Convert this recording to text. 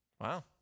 Wow